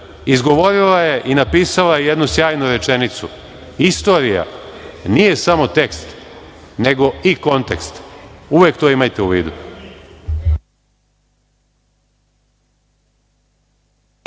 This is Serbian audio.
izgovorila je i napisala jednu sjajnu rečenicu: "Istorija nije samo tekst nego i kontekst". Uvek to imajte u vidu.